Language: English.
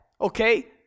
okay